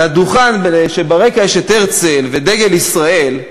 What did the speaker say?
על הדוכן, כשברקע דיוקן הרצל ודגל ישראל,